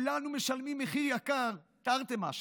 וכולנו משלמים מחיר יקר, תרתי משמע,